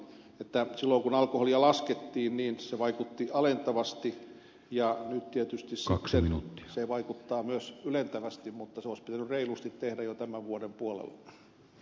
silloin kun alkoholin hintaa laskettiin niin se vaikutti alentavasti ja nyt tietysti sitten se vaikuttaa myös ylentävästi mutta se olisi pitänyt reilusti tehdä jo tämän vuoden puolella